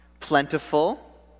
Plentiful